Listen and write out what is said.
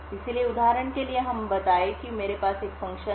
इसलिए उदाहरण के लिए हम बताएं कि मेरे पास एक फ़ंक्शन है